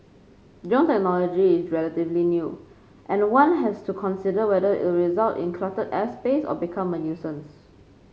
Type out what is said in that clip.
drone technology is relatively new and one has to consider whether it'll result in cluttered airspace or become a nuisance